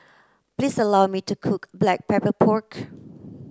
please allow me to cook black pepper pork